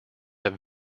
have